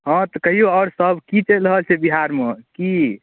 हँ तऽ कहिऔ आओरसब कि चलि रहल छै बिहारमे कि